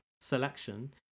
selection